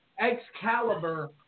Excalibur